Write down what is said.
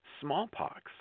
smallpox